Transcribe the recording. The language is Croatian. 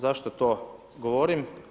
Zašto to govorim?